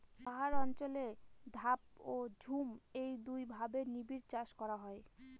পাহাড় অঞ্চলে ধাপ ও ঝুম এই দুইভাবে নিবিড়চাষ করা হয়